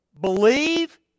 believe